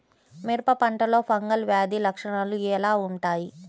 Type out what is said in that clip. మిరప పంటలో ఫంగల్ వ్యాధి లక్షణాలు ఎలా వుంటాయి?